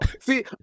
See